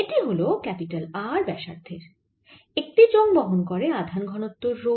এটি হল R ব্যাসার্ধের একটি চোঙ বহন করে আধান ঘনত্ব রো